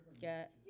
get